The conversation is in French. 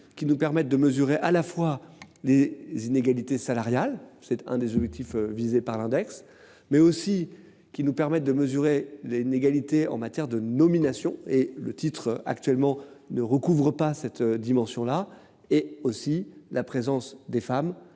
qui nous permettent de mesurer à la fois les inégalités salariales. C'est un des objectifs visés par l'index mais aussi qui nous permettent de mesurer les égalité en matière de nomination et le titre actuellement ne recouvre pas cette dimension-là et aussi la présence des femmes.